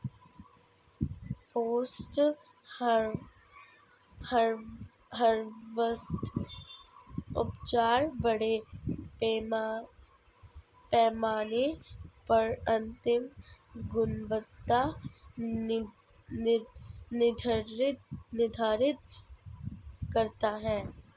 post harvest उपचार बड़े पैमाने पर अंतिम गुणवत्ता निर्धारित करता है